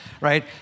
right